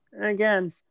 again